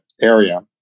area